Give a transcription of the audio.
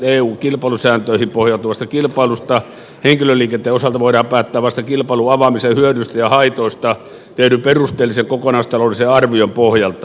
eu kilpailusääntöihin pohjautuvasta kilpailusta henki löliikenteen osalta voidaan päättää vasta kilpailun avaamisen hyödyistä ja haitoista tehdyn perusteellisen kokonaistaloudellisen arvion pohjalta